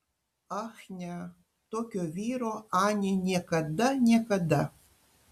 ach ne tokio vyro anė niekada niekada